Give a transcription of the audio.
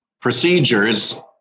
procedures